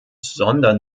sondern